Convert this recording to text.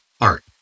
art